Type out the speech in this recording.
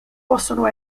possono